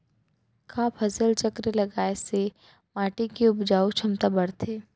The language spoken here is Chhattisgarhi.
का फसल चक्र लगाय से माटी के उपजाऊ क्षमता बढ़थे?